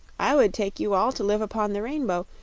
i would take you all to live upon the rainbow,